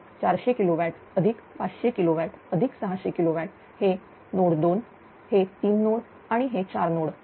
तर 400 किलोवॅट अधिक 500 किलोवॅट अधिक 600 किलो वॅट हे 2 नोड हे 3 नोड आणि हे 4 नोड